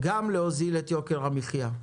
גם להוזיל את יוקר המחיה.